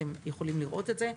אתם יכולים לראות את זה.